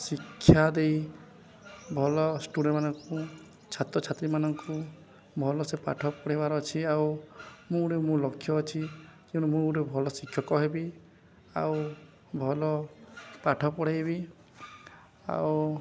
ଶିକ୍ଷା ଦେଇ ଭଲ ଷ୍ଟୁଡ଼େଣ୍ଟ ମାନଙ୍କୁ ଛାତ୍ରଛାତ୍ରୀ ମାନଙ୍କୁ ଭଲ ସେ ପାଠ ପଢ଼ାଇବାର ଅଛି ଆଉ ମୁଁ ଗୋଟେ ମୁଁ ଲକ୍ଷ୍ୟ ଅଛି ତେଣୁ ମୁଁ ଗୋଟେ ଭଲ ଶିକ୍ଷକ ହେବି ଆଉ ଭଲ ପାଠ ପଢ଼ାଇବି ଆଉ